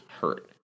hurt